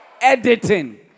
editing